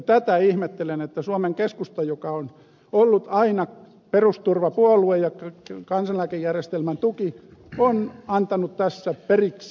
tätä ihmettelen että suomen keskusta joka on ollut aina perusturvapuolue ja kansaneläkejärjestelmän tuki on antanut tässä periksi